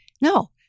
No